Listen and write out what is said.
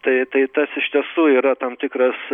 tai tai tas iš tiesų yra tam tikras